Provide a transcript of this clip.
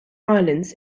islands